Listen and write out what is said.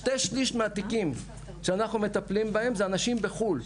שני שליש מהתיקים שאנחנו מטפלים בהם זה אנשים בחו"ל.